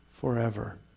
forever